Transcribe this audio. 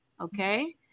Okay